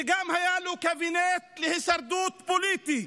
וגם היה לו קבינט להישרדות פוליטית,